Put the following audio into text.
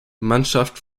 mannschaft